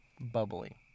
bubbly